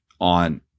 on